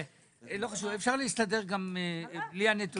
לא חשוב, אפשר להסתדר גם בלי הנתונים האלה,